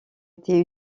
été